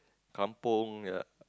kampung ya